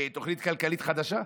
תוכנית כלכלית חדשה?